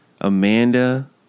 Amanda